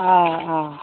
آ آ